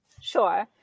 Sure